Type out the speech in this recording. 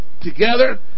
together